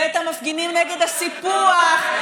ואת המפגינים נגד הסיפוח,